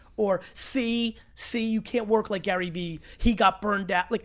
or see, see, you can't work like gary v. he got burned out. like,